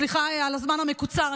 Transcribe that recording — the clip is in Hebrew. סליחה על הזמן המקוצר.